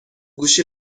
گوشی